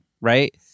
right